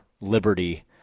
liberty